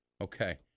Okay